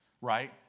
Right